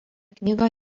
knygą